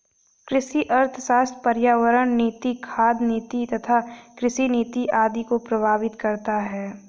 कृषि अर्थशास्त्र पर्यावरण नीति, खाद्य नीति तथा कृषि नीति आदि को प्रभावित करता है